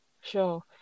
sure